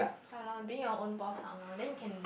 ya lor being your own boss some more then can